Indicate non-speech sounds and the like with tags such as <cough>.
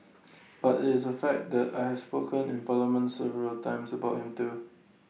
<noise> but IT is A fact that I have spoken in parliament several times about him too